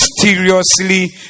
mysteriously